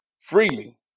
freely